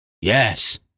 Yes